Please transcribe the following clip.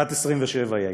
בת 27 הייתה.